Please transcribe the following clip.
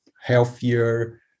healthier